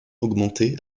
augmentait